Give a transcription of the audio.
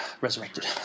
resurrected